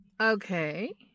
Okay